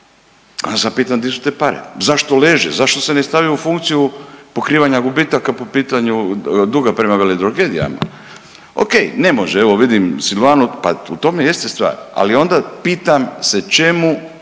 ja sad pitam di su te pare. Zašto leže, zašto se ne stavljaju u funkciju pokrivanja gubitaka po pitanju duga prema veledrogerijama. Ok, ne može evo vidim Slivano pa u tome jeste stvar, ali onda pitam se čemu